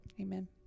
amen